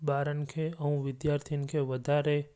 ॿारनि खे ऐं विद्यार्थियुनि खे वधारे